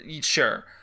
Sure